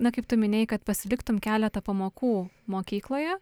na kaip tu minėjai kad pasiliktum keletą pamokų mokykloje